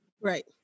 Right